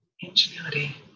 ingenuity